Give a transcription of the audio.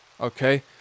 okay